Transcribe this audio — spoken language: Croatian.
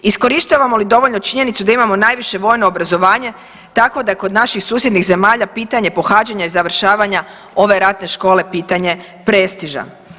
Iskorištavamo li dovoljno činjenicu da imamo najviše vojno obrazovanje, tako da kod naših susjednih zemalja pitanje pohađanja i završavanja ove ratne škole je pitanje prestiža.